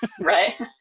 Right